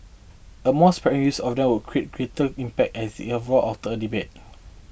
a more sparing use of them would create greater impact as if after all a debate